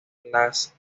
las